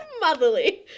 motherly